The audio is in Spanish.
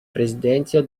presidencia